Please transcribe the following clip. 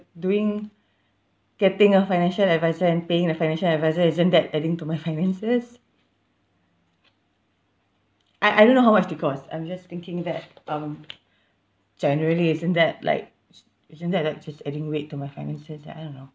doing getting a financial advisor and paying the financial advisor isn't that adding to my finances I I don't know how much they cost I'm just thinking that um generally isn't that like isn't that like just adding weight to my finances like I don't know